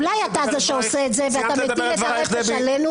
אולי אתה זה שעושה את זה ואתה מטיל את הרפש עלינו?